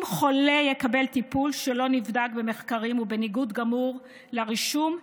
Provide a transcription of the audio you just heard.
אם חולה יקבל טיפול שלא נבדק במחקרים ובניגוד גמור לרישום,